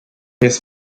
his